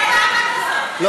אין ועדה, ועדת הכלכלה.